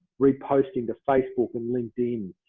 reposting to facebook, and linkedin,